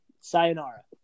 sayonara